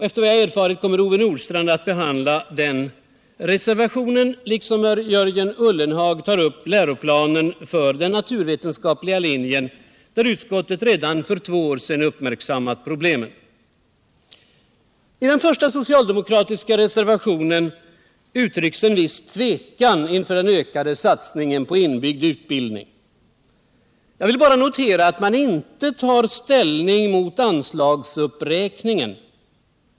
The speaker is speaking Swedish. Efter vad jag erfarit kommer Ove Nordstrandh att behandla den delen, liksom Jörgen Ullenhag tar upp läroplanen för den naturvetenskapliga linjen, där utskottet redan för två år sedan uppmärksammade problemen. I den första socialdemokratiska reservationen uttrycks en viss tvekan inför den ökade satsningen på inbyggd utbildning. Jag vill bara notera att man inte tar ställning mot anslagsberäkningen.